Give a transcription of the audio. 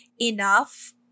enough